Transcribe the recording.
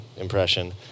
impression